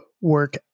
work